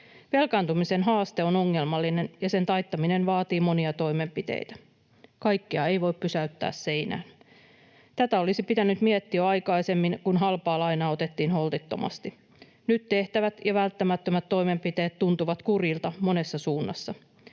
Velkaantumisen haaste on ongelmallinen, ja sen taittaminen vaatii monia toimenpiteitä. Kaikkea ei voi pysäyttää seinään. Tätä olisi pitänyt miettiä jo aikaisemmin, kun halpaa lainaa otettiin holtittomasti. Nyt tehtävät välttämättömät toimenpiteet tuntuvat kurjilta monessa suunnassa,